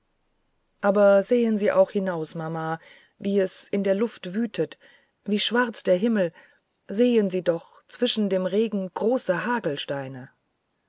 aber sehen sie auch hinaus mama wie es in der luft wütet wie schwarz der himmel sehen sie doch zwischen dem regen große